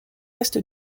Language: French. est